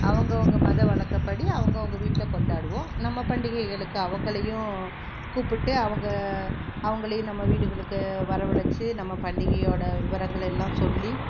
அவங்கவங்க மத வழக்கப்படி அவங்கவங்க வீட்டில் கொண்டாடுவோம் நம்ம பண்டிகைகளுக்கு அவங்களையும் கூப்பிட்டு அவங்க அவங்களையும் நம்ம வீடுகளுக்கு வரவழைச்சி நம்ம பண்டிகையோட விவரங்களை எல்லாம் சொல்லி